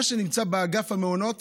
מה שנמצא באגף המעונות,